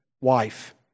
wife